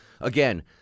again